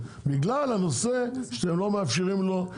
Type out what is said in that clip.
בגלל הנושא שהם לא מאפשרים לו.